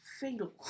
fatal